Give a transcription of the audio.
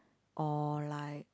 or like